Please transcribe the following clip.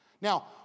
Now